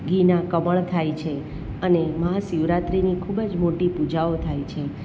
ઘીનાં કમળ થાય છે અને મહાશિવરાત્રિની ખૂબ જ મોટી પૂજાઓ થાય છે